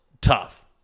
tough